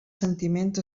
sentiments